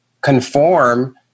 conform